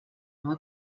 nova